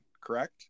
correct